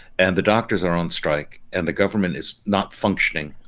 and the doctors are on strike and the government is not functioning